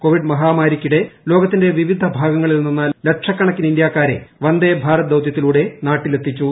Covid മഹാമാരിയ്ക്കിടെ ലോകത്തിന്റെ വിവിധ ഭാഗുങ്ങളിൽ നിന്ന് ലക്ഷക്കണക്കിന് ഇന്ത്യക്കാരെ വന്ദേഭാരത് ദൌത്യത്തിലൂട്ട്ടു ന്യൂട്ടിലെത്തിച്ചു